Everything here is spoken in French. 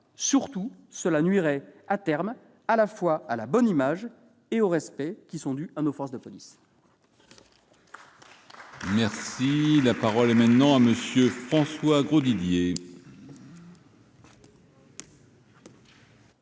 Surtout, cela nuirait à terme à la fois à la bonne image et au respect qui sont dus à nos forces de police. La parole est à M. François Grosdidier.